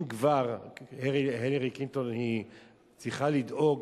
אם כבר הילרי קלינטון צריכה לדאוג,